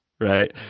right